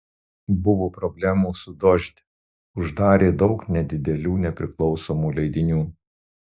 buvo problemų su dožd uždarė daug nedidelių nepriklausomų leidinių